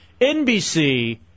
NBC